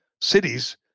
cities